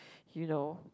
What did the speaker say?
you know